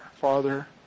Father